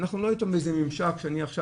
אנחנו לא איתן באיזה שהוא ממשק שאני עכשיו